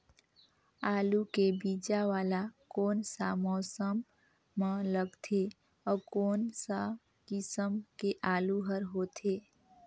आलू के बीजा वाला कोन सा मौसम म लगथे अउ कोन सा किसम के आलू हर होथे?